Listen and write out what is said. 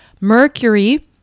Mercury